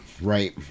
Right